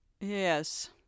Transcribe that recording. Yes